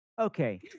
Okay